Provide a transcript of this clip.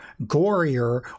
gorier